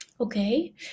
Okay